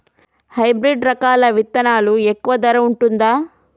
Hybrid రకాల విత్తనాలు తక్కువ ధర ఉంటుందా?